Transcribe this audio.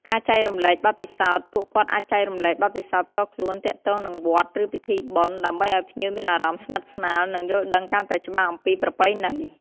ពុទ្ធបរិស័ទតែងជួយថែរក្សាទ្រព្យសម្បត្តិវត្តអារាមឲ្យបានគង់វង្ស និងប្រើប្រាស់បានយូរអង្វែង សម្រាប់ប្រយោជន៍ដល់អ្នកចូលរួម និងភ្ញៀវទាំងអស់។